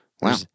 Wow